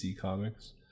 comics